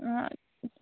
অঁ